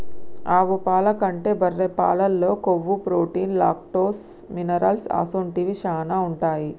ఆవు పాల కంటే బర్రె పాలల్లో కొవ్వు, ప్రోటీన్, లాక్టోస్, మినరల్ అసొంటివి శానా ఉంటాయి